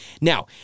Now